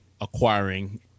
acquiring